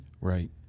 right